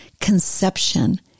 conception